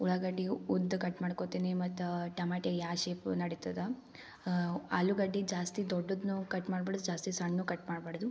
ಉಳ್ಳಾಗಡ್ಡಿಯು ಉದ್ದ ಕಟ್ ಮಾಡ್ಕೋತೀನಿ ಮತ್ತು ಟಮಾಟೇ ಯಾವ ಶೇಪು ನಡಿತದೆ ಆಲೂಗಡ್ಡೆ ಜಾಸ್ತಿ ದೊಡ್ದದು ಕಟ್ ಮಾಡ್ಬಾರ್ದು ಜಾಸ್ತಿ ಸಣ್ಣ ಕಟ್ಮಾಡ್ಬಾರ್ದು